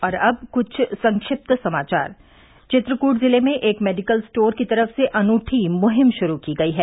और अब कुछ संक्षिप्त समाचार चित्रकूट जिले में एक मेडिकल स्टोर की तरफ से अनूठी मुहिम शुरू की गयी है